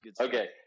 okay